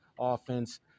Offense